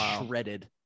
shredded